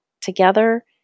together